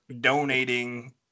donating